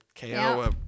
KO